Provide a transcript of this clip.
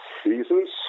seasons